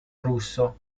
russo